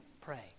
pray